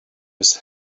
his